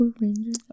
Rangers